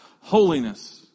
holiness